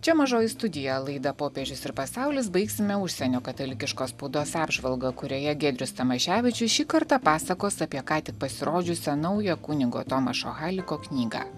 čia mažoji studija laidą popiežius ir pasaulis baigsime užsienio katalikiškos spaudos apžvalga kurioje giedrius tamaševičius šį kartą pasakos apie ką tik pasirodžiusią naują kunigo tomašo haliko knygą